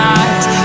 eyes